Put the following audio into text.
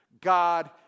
God